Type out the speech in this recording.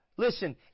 Listen